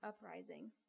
uprising